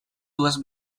dues